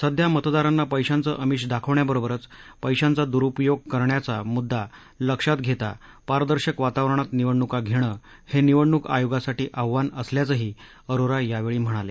सध्या मतदारांना पैशांचं अमिष दाखवण्याबरोबरच पैशांचा दुरूपयोग करण्याचा मुद्दा लक्षात घेता पारदर्शक वातावरणात निवडणूका घेणं हे निवडणूक आयोगासाठी आव्हान असल्याचंही अरोरा यावेळी म्हणाले